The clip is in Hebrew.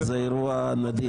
זה אירוע נדיר.